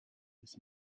this